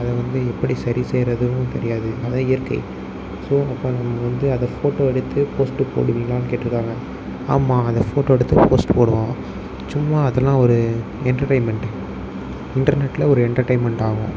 அதை வந்து எப்படி சரி செய்யறதுன்னும் தெரியாது அதுதான் இயற்கை ஸோ இப்போ நம்ம வந்து அதை ஃபோட்டோ எடுத்து போஸ்ட் போடுவீங்களான்னு கேட்டிருக்காங்க ஆமாம் அதை ஃபோட்டோ எடுத்து போஸ்ட் போடுவோம் சும்மா அதெல்லாம் ஒரு என்டர்டைன்மெண்ட் இண்டர்நெட்டில் ஒரு என்டர்டைன்மெண்ட் ஆகும்